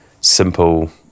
simple